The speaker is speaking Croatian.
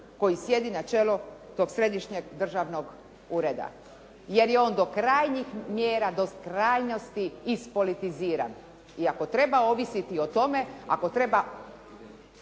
koji sjedi na čelu tog središnjeg državnog ureda, jer je on do krajnjih mjera, do krajnjosti ispolitiziran. I ako treba ovisiti o tome, ako treba